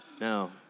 No